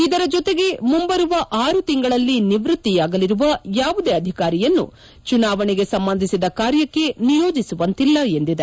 ಇದರ ಜತೆಗೆ ಮುಂಬರುವ ಆರು ತಿಂಗಳಲ್ಲಿ ನಿವೃತ್ತಿಯಾಗಲಿರುವ ಯಾವುದೇ ಅಧಿಕಾರಿಯನ್ನು ಚುನಾವಣೆಗೆ ಸಂಬಂಧಿಸಿದ ಕಾರ್ಯಕ್ಕೆ ನಿಯೋಜಿಸುಂತಿಲ್ಲ ಎಂದಿದೆ